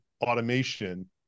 automation